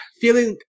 feeling